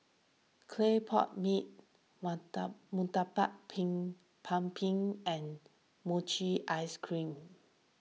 Clay Pot Mee Murtabak Pin Kambing and Mochi Ice Cream